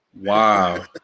Wow